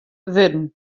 wurden